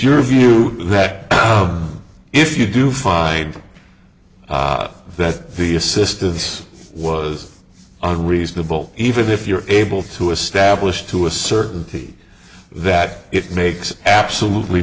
your view that if you do find that the assistance was unreasonable even if you're able to establish to a certainty that it makes absolutely